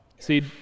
See